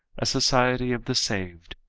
a society of the saved,